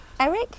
Eric